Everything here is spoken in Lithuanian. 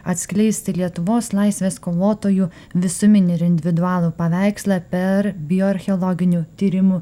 atskleisti lietuvos laisvės kovotojų visuminį ir individualų paveikslą per bioarcheologinių tyrimų